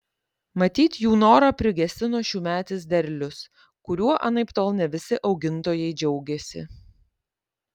matyt jų norą prigesino šiųmetis derlius kuriuo anaiptol ne visi augintojai džiaugėsi